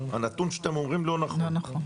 הנתון שאתם אומרים לא נכון.